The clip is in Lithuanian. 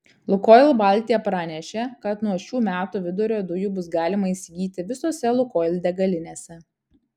lukoil baltija pranešė kad nuo šių metų vidurio dujų bus galima įsigyti visose lukoil degalinėse